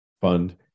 Fund